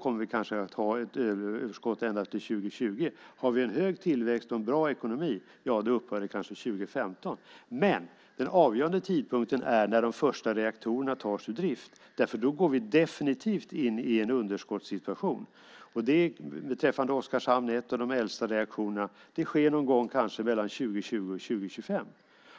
kommer vi kanske att ha ett elöverskott ända till 2020. Har vi en hög tillväxt och en bra ekonomi upphör det kanske 2015. Men den avgörande tidpunkten är när de första reaktorerna tas ur drift. Då går vi definitivt in i en underskottssituation. Det sker beträffande Oskarshamn 1 och de äldsta reaktorerna någon gång mellan 2020 och 2025.